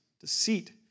deceit